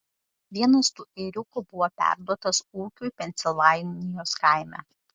vienas tų ėriukų buvo perduotas ūkiui pensilvanijos kaime